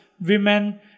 women